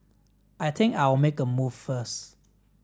I think I'll make a move first